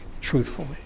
truthfully